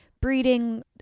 breeding